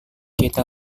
kita